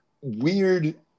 weird